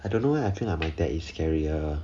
I don't know why I feel like my dad is scarier